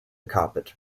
carpet